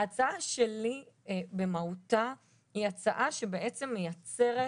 ההצעה שלי במהותה היא הצעה שבעצם מייצרת